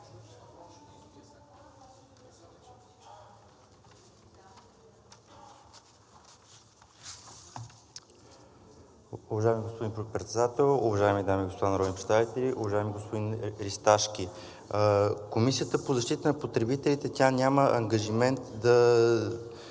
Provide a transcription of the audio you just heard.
Комисията по защита на потребителите – тя няма ангажимент да